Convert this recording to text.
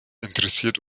interessiert